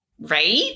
Right